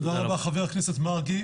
תודה רבה חבר הכנסת מרגי.